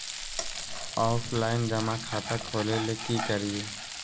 Offline जमा खाता खोले ले की करिए?